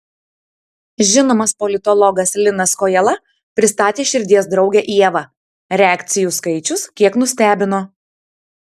žinomas politologas linas kojala pristatė širdies draugę ievą reakcijų skaičius kiek nustebino